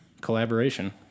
Collaboration